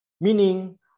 meaning